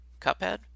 Cuphead